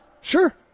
Sure